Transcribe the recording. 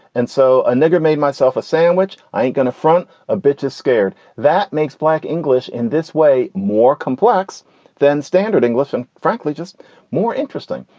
and so a nigger made myself a sandwich. i ain't gonna front a bit scared. that makes black english in this way more complex than standard english and frankly, just more interesting.